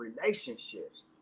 relationships